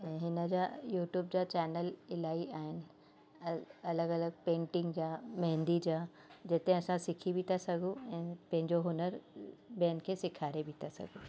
ऐं हिन जा यूट्यूब जा चैनल इलाही आहिनि अ अलॻि अलॻि पेंटिंग जा मेंहदी जा जिते असां सिखी बि था सघूं ऐं पंहिंजो हुनुरु ॿियनि खे सेखारे बि था सघूं